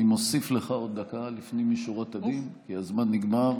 אני מוסיף לך עוד דקה לפנים משורת הדין כי הזמן נגמר,